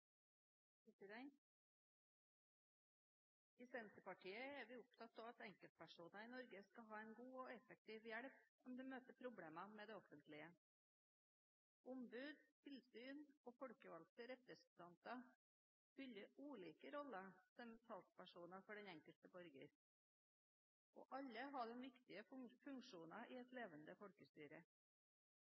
vi opptatt av at enkeltpersoner i Norge skal ha en god og effektiv hjelp om de møter problemer med det offentlige. Ombud, tilsyn og folkevalgte representanter fyller ulike roller som talspersoner for den enkelte borger, og alle har de viktige funksjoner i et levende folkestyre.